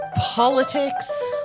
politics